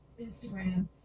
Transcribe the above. Instagram